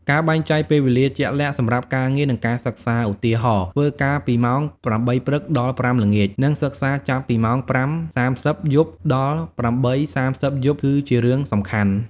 ការបែងចែកពេលវេលាជាក់លាក់សម្រាប់ការងារ និងការសិក្សា ឧទាហរណ៍ ធ្វើការពីម៉ោង ៨ ព្រឹក ដល់ ៥ ល្ងាច និងសិក្សាចាប់ពីម៉ោង ៥:៣០ យប់ ដល់ ៨:៣០ យប់ គឺជារឿងសំខាន់។